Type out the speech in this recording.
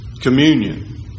communion